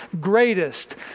greatest